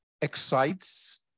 excites